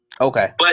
Okay